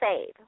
save